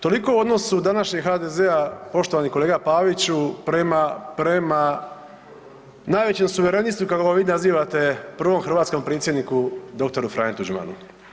Toliko o odnosu današnjeg HDZ-a, poštovani kolega Paviću prema najvećem suverenistu kako ga vi nazivate, prvom hrvatskom Predsjedniku, dr. Franji Tuđmanu.